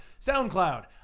SoundCloud